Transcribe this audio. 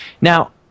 Now